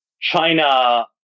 China